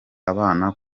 abana